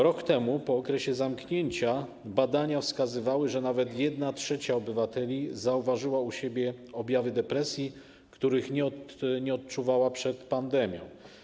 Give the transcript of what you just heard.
Rok temu, po okresie zamknięcia, badania wskazywały, że nawet 1/3 obywateli zauważyła u siebie objawy depresji, których nie odczuwała przed pandemią.